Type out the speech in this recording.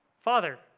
Father